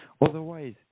Otherwise